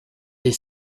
des